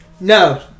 No